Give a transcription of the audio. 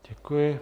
Děkuji.